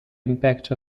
impact